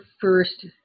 first